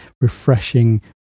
refreshing